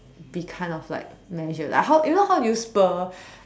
be kind of like measured like how if not how you do you spur